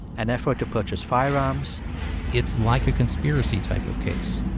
an effort to purchase firearms it's like a conspiracy type of case.